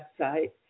website